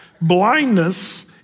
blindness